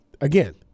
Again